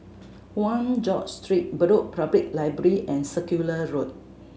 One George Street Bedok Public Library and Circular Road